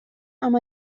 amb